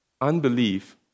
Unbelief